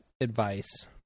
advice